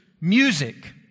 music